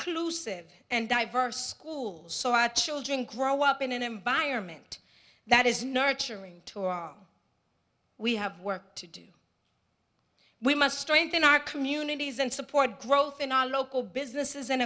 inclusive and diverse schools so our children grow up in an environment that is nurturing to all we have work to do we must strengthen our communities and support growth in our local businesses